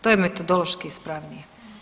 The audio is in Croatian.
To je metodološki ispravnije.